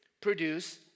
produce